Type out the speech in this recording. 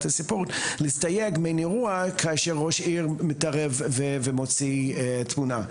הספורט להסתייג מאירוע כאשר ראש עיר מתערב ומוציא תמונה.